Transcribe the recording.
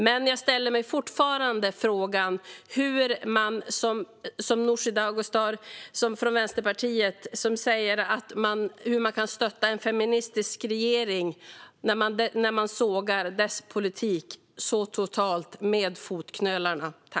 Men jag ställer mig fortfarande frågan hur man, som Nooshi Dadgostar från Vänsterpartiet gör, kan stötta en feministisk regering när man sågar dess politik totalt längs med fotknölarna.